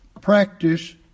practice